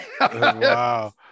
wow